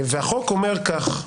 החוק אומר כך: